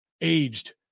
Aged